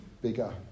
bigger